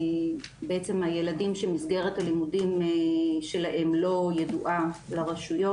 בעצם הילדים שמסגרת הלימודים שלהם לא ידועה לרשויות,